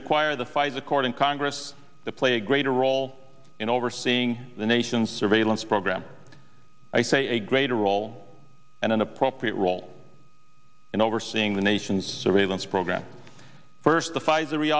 require the fight's according congress to play a greater role in overseeing the nation's surveillance program i say a greater role and an appropriate role in overseeing the nation's surveillance program first